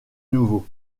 nouveau